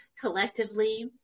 collectively